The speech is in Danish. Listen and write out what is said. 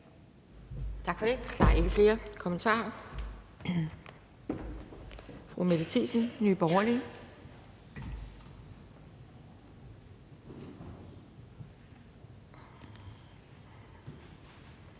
Tak for det,